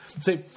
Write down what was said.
See